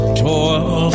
toil